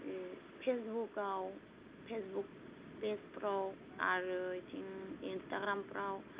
फेसबुकाव Facebook पेजफोराव आरो बिथिं इनस्टाग्रामफोराव